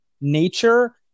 nature